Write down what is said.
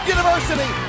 University